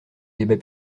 débat